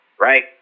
Right